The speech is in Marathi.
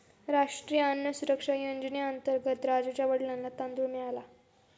राष्ट्रीय अन्न सुरक्षा योजनेअंतर्गत राजुच्या वडिलांना तांदूळ मिळाला